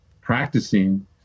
practicing